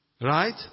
Right